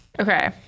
okay